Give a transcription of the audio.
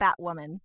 Batwoman